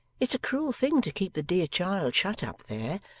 it's a cruel thing to keep the dear child shut up there.